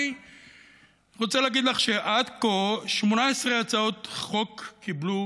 אני רוצה להגיד לך שעד כה 18 הצעות חוק קיבלו